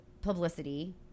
publicity